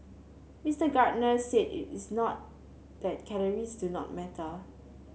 Mister Gardner said it is not that calories do not matter